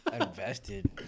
Invested